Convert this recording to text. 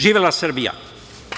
Živela Srbija!